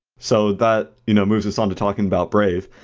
so that you know moves us into talking about brave.